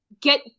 get